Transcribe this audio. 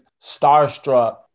starstruck